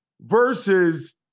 versus